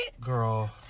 girl